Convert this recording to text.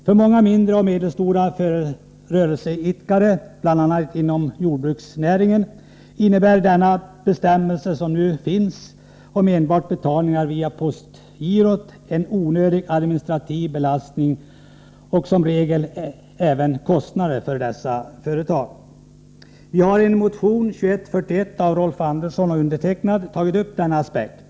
För många mindre och medelstora rörelseidkare — bl.a. inom jordbruksnäringen —- innebär den nuvarande bestämmelsen om betalningar enbart via postgirot en onödig administrativ belastning och som regel även kostnader. I motion 2141 har Rolf Andersson och jag tagit upp denna aspekt.